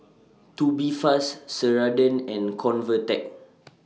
Tubifast Ceradan and Convatec